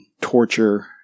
torture